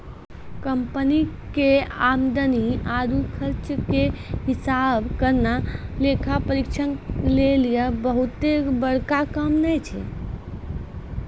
company के आमदनी आरु खर्चा के हिसाब करना लेखा परीक्षक लेली बहुते बड़का काम नै छै